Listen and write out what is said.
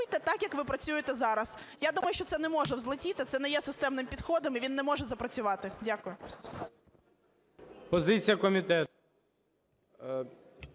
Позиція комітету.